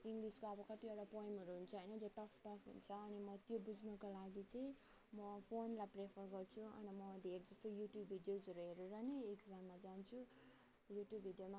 इङ्ग्लिसको अब कतिवटा पोइमहरू हुन्छ होइन जो टफ टफ हुन्छ अनि म त्यो बुझ्नको लागि चाहिँ म फोनलाई प्रिफर गर्छु अनि म धेरै जस्तो यु ट्युब भिडियोजहरू हेरेर नै इक्जाममा जान्छु यु ट्युब भिडियोमा अब होइन कहानी पोयम पोयमको चाहिँ